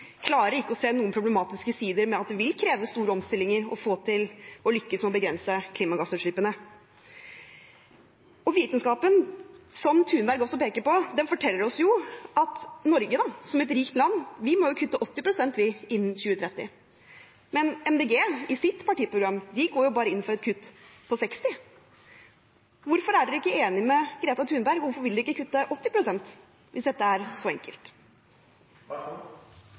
klarer ikke å se noen problematiske sider ved at det vil kreve store omstillinger å få til å lykkes med å begrense klimagassutslippene. Vitenskapen – som Thunberg også peker på – forteller oss jo at Norge, som et rikt land, må kutte 80 pst. innen 2030. Men Miljøpartiet De Grønne går i sitt partiprogram inn for et kutt på bare 60 pst. Hvorfor er de ikke enige med Greta Thunberg? Hvorfor vil de ikke kutte 80 pst. hvis dette er så enkelt?